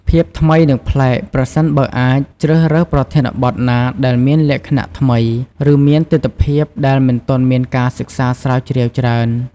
ភាពថ្មី និងប្លែក ប្រសិនបើអាច ជ្រើសរើសប្រធានបទណាដែលមានលក្ខណៈថ្មី ឬមានទិដ្ឋភាពដែលមិនទាន់មានការសិក្សាស្រាវជ្រាវច្រើន។